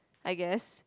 I guess